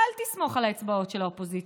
אל תסמוך על האצבעות של האופוזיציה.